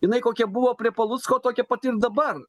jinai kokia buvo prie palucko tokia pat ir dabar